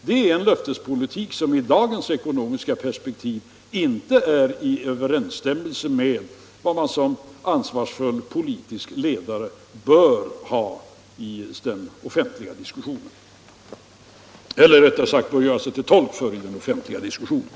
Det är en löftespolitik som i dagens ekonomiska perspektiv inte är i överensstämmelse med vad man som ansvarsfull politisk ledare bör göra sig till tolk för i den offentliga diskussionen.